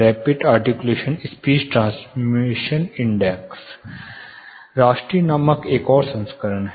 rapid articulation speech transmission index RASTI नामक एक और संस्करण है